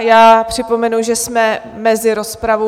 Já připomenu, že jsme mezi rozpravou.